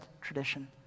tradition